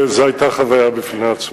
וזו היתה חוויה בפני עצמה.